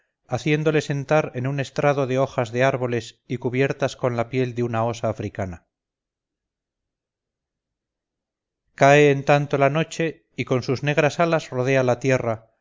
haciéndole sentar en un estrado de hojas de árboles y cubiertas con la piel de una osa africana cae en tanto la noche y con sus negras alas rodea la tierra